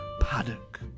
paddock